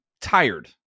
tired